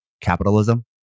capitalism